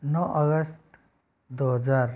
नौ अगस्त दो हजार